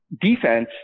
defense